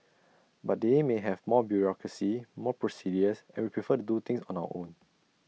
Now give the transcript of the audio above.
but they may have more bureaucracy more procedures and we prefer to do things on our own